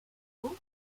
autres